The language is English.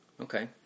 Okay